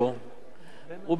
בזמנו, כשהיה שר הרווחה,